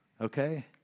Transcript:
okay